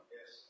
Yes